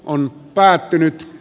on päättynyt